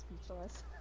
speechless